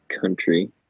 country